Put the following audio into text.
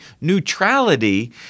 Neutrality